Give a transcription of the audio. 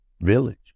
village